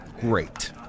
great